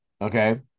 okay